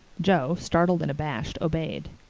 joe, startled and abashed, obeyed.